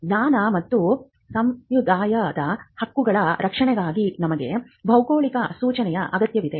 ಜ್ಞಾನ ಮತ್ತು ಸಮುದಾಯದ ಹಕ್ಕುಗಳ ರಕ್ಷಣೆಗಾಗಿ ನಮಗೆ ಭೌಗೋಳಿಕ ಸೂಚನೆಯ ಅಗತ್ಯವಿದೆ